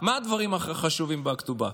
מה הדברים החשובים בכתובה?